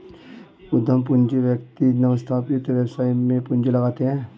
उद्यम पूंजी व्यक्ति नवस्थापित व्यवसाय में पूंजी लगाते हैं